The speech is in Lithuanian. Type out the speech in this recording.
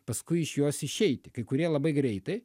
paskui iš jos išeiti kai kurie labai greitai